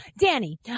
Danny